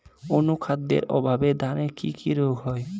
অনুখাদ্যের অভাবে ধানের কি কি রোগ হয়?